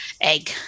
egg